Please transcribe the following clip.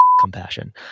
compassion